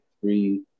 three